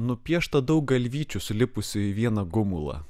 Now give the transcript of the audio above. nupiešta daug galvyčių sulipusių į vieną gumulą